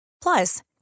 Plus